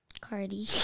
Cardi